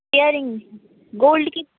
earring gold की